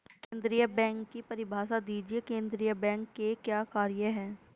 केंद्रीय बैंक की परिभाषा दीजिए केंद्रीय बैंक के क्या कार्य हैं?